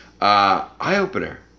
Eye-opener